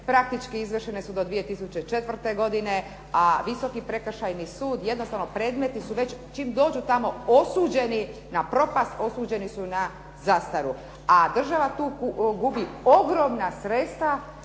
praktički izvršene su do 2004. godine, a Visoki prekršajni sud jednostavno predmeti su već čim dođu tamo osuđeni na propast, osuđeni su na zastaru, a država tu gubi ogromna sredstva